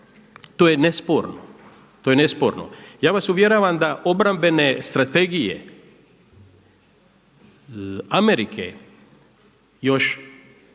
To je nesporno. Ja vas uvjeravam da obrambene strategije Amerike još